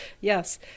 yes